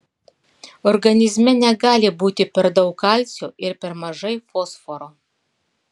organizme negali būti per daug kalcio ir per mažai fosforo